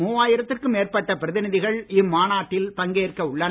மூவாயிரத்துக்கும் மேற்பட்ட பிரதிநிதிகள் இம்மாநாட்டில் பங்கேற்க உள்ளனர்